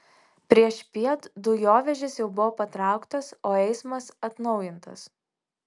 priešpiet dujovežis jau buvo patrauktas o eismas atnaujintas